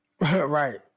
Right